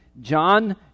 John